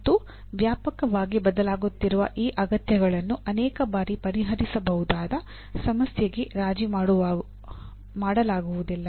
ಮತ್ತು ವ್ಯಾಪಕವಾಗಿ ಬದಲಾಗುತ್ತಿರುವ ಈ ಅಗತ್ಯಗಳನ್ನು ಅನೇಕ ಬಾರಿ ಪರಿಹರಿಸಬಹುದಾದ ಸಮಸ್ಯೆಗೆ ರಾಜಿ ಮಾಡಲಾಗುವುದಿಲ್ಲ